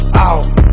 out